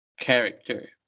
character